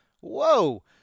Whoa